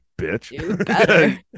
bitch